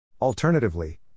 Alternatively